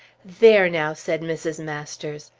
there now, said mrs. masters.